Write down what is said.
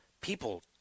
people